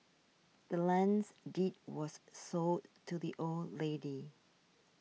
the land's deed was sold to the old lady